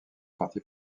parties